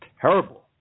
terrible